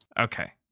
Okay